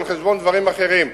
על-חשבון דברים אחרים,